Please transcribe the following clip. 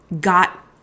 got